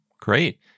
Great